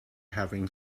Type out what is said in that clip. having